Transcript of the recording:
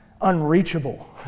unreachable